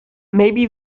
maybe